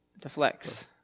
deflects